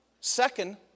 Second